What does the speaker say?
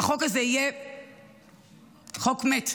החוק הזה יהיה חוק מת.